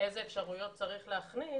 איזה אפשרויות צריך להכניס,